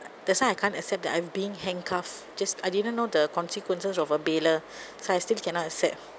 that's why I can't accept that I'm being handcuffed just I didn't know the consequences of a bailer so I still cannot accept